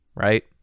Right